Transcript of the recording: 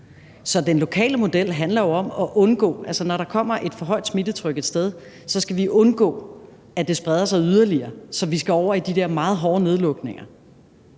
Så den lokale model handler om at undgå smittespredning. Altså, når der kommer et for højt smittetryk et sted, skal vi undgå, at smitten spreder sig yderligere, så vi skal over i de her meget hårde nedlukninger.